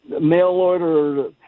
mail-order